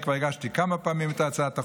אני כבר הגשתי כמה פעמים את הצעת החוק,